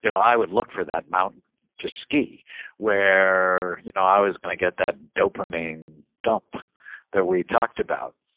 you know i would look for that mountain to ski where you know i i was going to get that dopamine dump that we talked about.